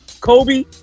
Kobe